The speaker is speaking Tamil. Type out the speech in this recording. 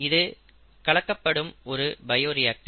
இது கலக்கப்படும் ஒரு பயோரியாக்டர்